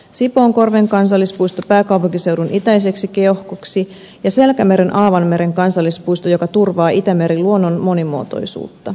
sipoonkorven kansallispuisto pääkaupunkiseudun itäiseksi keuhkoksi ja selkämeren aavan meren kansallispuisto joka turvaa itämeren luonnon monimuotoisuutta